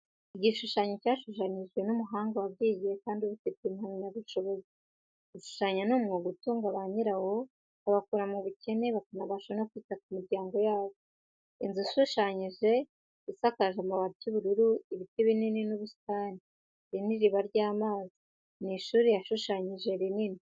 Igishushanyo cyashushanyijwe n'umuhanga wabyigiye kandi ubifitiye impamya bushobozi. Gushushanya ni umwuga utunga ba nyirawo, ukabakura mu bukene, bakanabasha kwita ku miryango yabo. Inzu ishushanyije isakaje amabati y'ubururu, ibiti binini, n'ubusitani, hari n'iriba ry'amazi. Ni ishuri yashushanyije rinini.